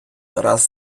раз